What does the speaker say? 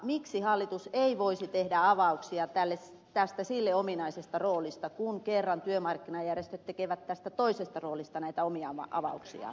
miksi hallitus ei voisi tehdä avauksia tästä sille ominaisesta roolista kun kerran työmarkkinajärjestöt tekevät tästä toisesta roolista näitä omia avauksiaan